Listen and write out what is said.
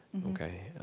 okay,